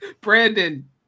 Brandon